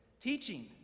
teaching